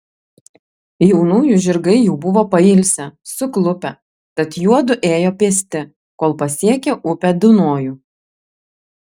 jaunųjų žirgai jau buvo pailsę suklupę tad juodu ėjo pėsti kol pasiekė upę dunojų